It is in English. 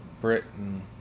Britain